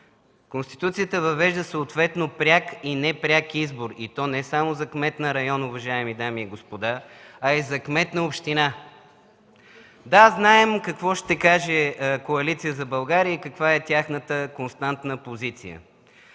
Конституцията въвежда съответно пряк и непряк избор и то не само за кмет на район, уважаеми дами и господа, а и за кмет на община. Да, знаем какво ще каже Коалиция за България и каква е тяхната константна позиция.